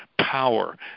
power